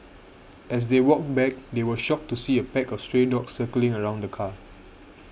as they walked back they were shocked to see a pack of stray dogs circling around the car